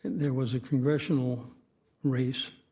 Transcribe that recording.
there was a congressional race